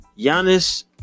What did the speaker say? Giannis